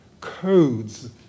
codes